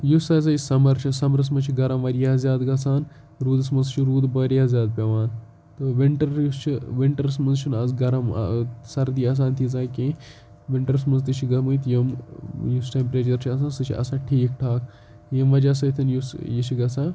یُس ہَسا یہِ سَمَر چھُ سَمرَس مَنٛز چھُ گَرم واریاہ زیادٕ گَژھان روٗدَس مَنٛز چھُ روٗد واریاہ زیادٕ پیٚوان تہٕ وِنٹَر یُس چھُ وِنٹَرَس مَنٛز چھُنہٕ آز گَرم سَردی آسان تیٖژاہ کینٛہہ وِنٹَرَس مَنٛز تہِ چھِ گٔمٕتۍ یِم یُس ٹمپریچَر چھُ آسان سُہ چھُ آسان ٹھیٖک ٹھاک ییٚمہِ وَجہ سۭتۍ یُس یہِ چھُ گَژھان